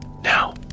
Now